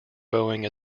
boeing